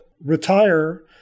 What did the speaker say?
retire